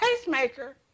pacemaker